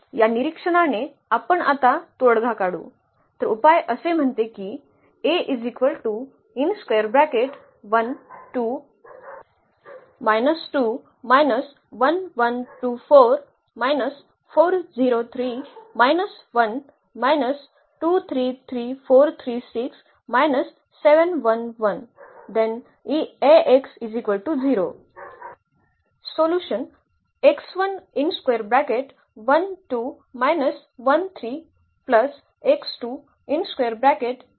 या निरीक्षणाने आपण आता तोडगा काढू